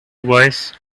boys